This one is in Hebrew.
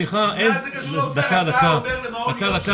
אתה אומר למעון יום --- אני רוצה את הכסף.